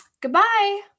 Goodbye